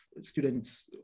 students